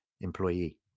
employee